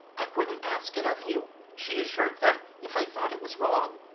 i wouldn't ask it of you she assured them, if i thought it was wrong